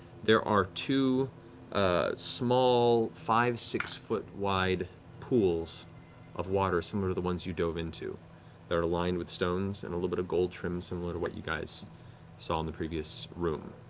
there are two small five, six-foot-wide pools of water similar to the ones you dove into that are lined with stones and a little bit of gold trim similar to what you guys saw in the previous room.